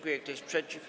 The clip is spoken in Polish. Kto jest przeciw?